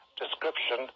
description